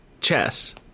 chess